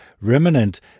remnant